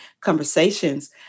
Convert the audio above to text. conversations